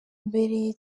mbere